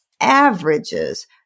averages